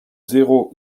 zéro